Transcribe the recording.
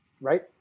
Right